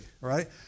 Right